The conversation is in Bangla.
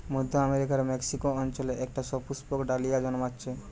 মধ্য আমেরিকার মেক্সিকো অঞ্চলে একটা সুপুষ্পক ডালিয়া জন্মাচ্ছে